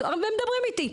הם מדברים איתי.